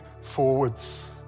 forwards